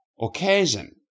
occasion